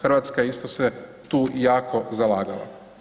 Hrvatska se isto se tu jako zalagala.